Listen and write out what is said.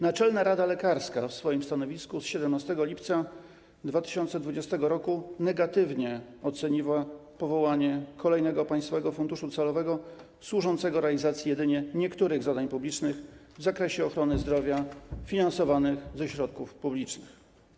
Naczelna Rada Lekarska w swoim stanowisku z 17 lipca 2020 r. negatywnie oceniła powołanie kolejnego państwowego funduszu celowego służącego realizacji jedynie niektórych zadań publicznych w zakresie ochrony zdrowia finansowanych ze środków publicznych.